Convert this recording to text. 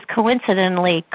coincidentally